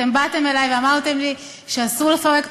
אתם באתם אלי ואמרתם לי שאסור לפרק את